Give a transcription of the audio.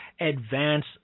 advance